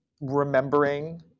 remembering